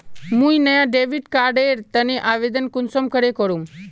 मुई नया debit card एर तने आवेदन कुंसम करे करूम?